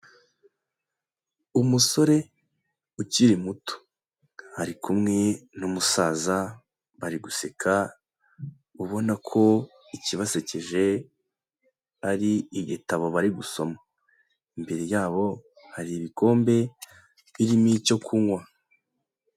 Umusore ukiri muto. Ari kumwe n'umusaza bari guseka, ubona ko ikibasekeje ari igitabo bari gusoma. Imbere yabo hari ibikombe, birimo icyo kunywa.